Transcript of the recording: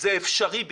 זה אפשרי.